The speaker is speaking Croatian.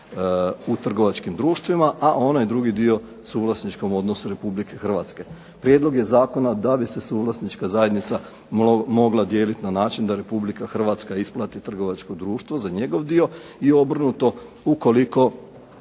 u trgovačkim društvima, a onaj drugi dio suvlasničkom odnosu Republike Hrvatske. Prijedlog je zakona da bi se suvlasnička zajednica mogla dijeliti na način da Republika Hrvatska isplati trgovačko društvo za njegov dio, i obrnuto ukoliko